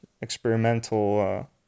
experimental